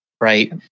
right